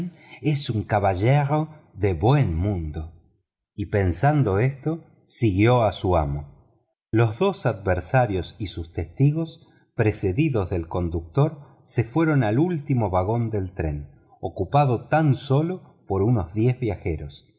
es un caballero de buen mundo y pensando esto siguió a su amo los dos adversarios y sus testigos precedidos de conductor se fueron al último vagón del tren ocupado tan sólo por unos diez viajeros